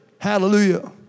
Hallelujah